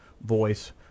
voice